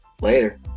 Later